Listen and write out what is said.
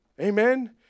Amen